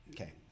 Okay